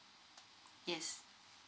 yes